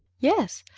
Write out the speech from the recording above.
yes,